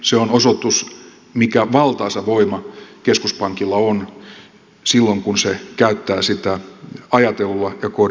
se on osoitus siitä mikä valtaisa voima keskuspankilla on silloin kun se käyttää sitä ajatellulla ja koordinoidulla tavalla